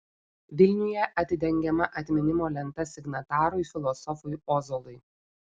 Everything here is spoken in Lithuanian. vilniuje atidengiama atminimo lenta signatarui filosofui ozolui